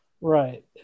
Right